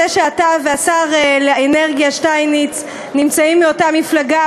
זה שאתה ושר האנרגיה שטייניץ נמצאים באותה מפלגה,